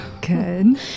Good